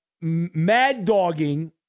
mad-dogging